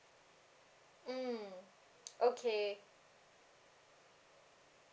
mm okay